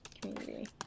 community